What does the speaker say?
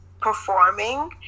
performing